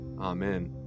Amen